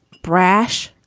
brash,